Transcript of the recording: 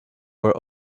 were